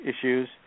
issues